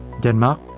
Denmark